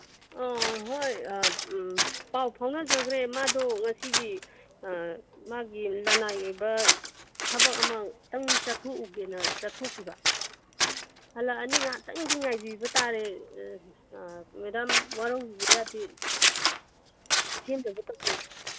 ꯑꯥ ꯍꯣꯏ ꯑꯥ ꯎꯝ ꯄꯥꯎ ꯐꯥꯎꯅꯖꯒ꯭ꯔꯦ ꯃꯥꯗꯣ ꯉꯁꯤꯒꯤ ꯃꯥꯒꯤ ꯂꯅꯥꯏ ꯑꯣꯏꯕ ꯊꯕꯛ ꯑꯃꯇꯪ ꯆꯠꯊꯣꯛꯎꯒꯦꯅ ꯆꯠꯊꯣꯛꯈꯤꯕ ꯍꯜꯂꯛꯑꯅꯤ ꯉꯥꯇꯪꯗꯤ ꯉꯥꯏꯕꯤꯕ ꯇꯥꯔꯦ ꯃꯦꯗꯥꯝ ꯋꯥꯔꯧꯕꯤꯕ ꯌꯥꯗꯦ ꯁꯦꯝꯅꯕ ꯇꯧꯖꯒꯦ